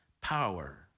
power